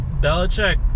Belichick